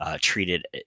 treated